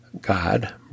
God